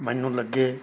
ਮੈਨੂੰ ਲੱਗੇ